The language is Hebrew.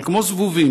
אבל כמו זבובים,